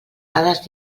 dades